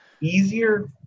easier